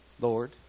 Lord